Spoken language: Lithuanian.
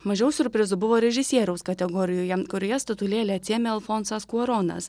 mažiau siurprizų buvo režisieriaus kategorijoje kurioje statulėlę atsiėmė alfonsas kuaronas